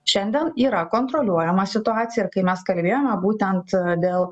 šiandien yra kontroliuojama situacija ir kai mes kalbėjome būtent dėl